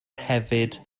hefyd